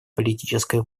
политической